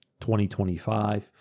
2025